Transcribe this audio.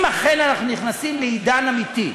אם אכן אנחנו נכנסים לעידן אמיתי,